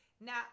Now